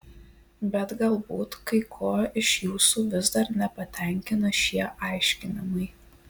bet galbūt kai ko iš jūsų vis dar nepatenkina šie aiškinimai